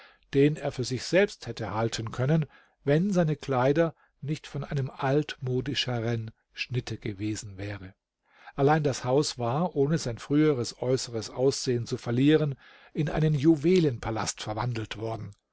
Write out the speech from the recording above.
den er für sich selbst hätte halten können wenn seine kleider nicht von einem altmodischeren schnitte gewesen wäre allein das haus war ohne sein früheres äußeres aussehen zu verlieren in einen juwelenpalast verwandelt worden